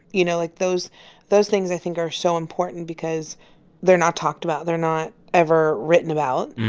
you know? like those those things, i think, are so important because they're not talked about. they're not ever written about.